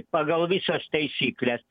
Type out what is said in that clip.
pagal visas taisykles